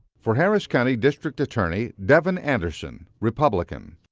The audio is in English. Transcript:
for harris county district attorney, devon anderson, republican.